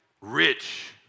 Rich